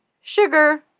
sugar